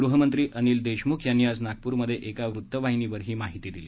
गृहमंत्री अनिल देशमुख यांनी आज नागपूरमधे एका वृत्तवाहिनीवर ही माहिती दिली